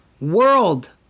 world